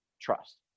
trust